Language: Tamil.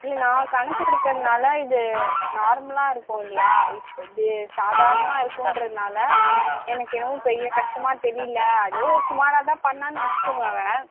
இல்லை நான் கணக்கு எடுக்கிறதுனால இது நார்மலாக இருக்கும் இல்லையா இப்போ இது சாதாரணமாக இருக்குன்றதுனால எனக்கு என்னவோ பெரிய கஷ்டமாக தெரியல எதோ சுமாராகதான் பண்ணான்னு வச்சுக்கோங்க அவ